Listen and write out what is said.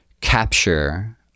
capture